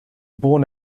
born